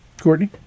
Courtney